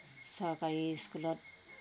চৰকাৰী স্কুলত